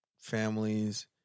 families